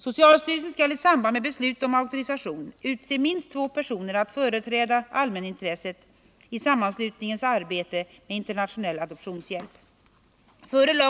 Socialstyrelsen skall i samband med beslutet om auktorisation utse minst två personer att företräda allmänintresset i sammanslutningens arbete med internationell adoptionshjälp.